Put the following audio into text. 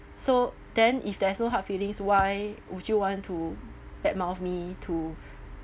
so then if there's no hard feelings why would you want to bad-mouth me to